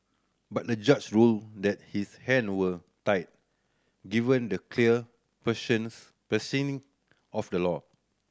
but the judge ruled that his hand were tied given the clear phrases phrasing of the law